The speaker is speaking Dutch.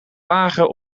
wagen